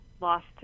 lost